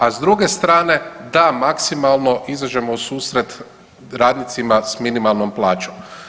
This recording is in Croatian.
A s druge strane da maksimalno izađemo u susret radnicima sa minimalnom plaćom.